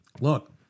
look